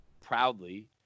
proudly